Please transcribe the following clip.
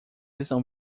estão